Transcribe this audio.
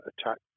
attack